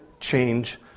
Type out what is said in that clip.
change